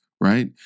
right